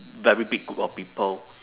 very big group of people